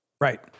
Right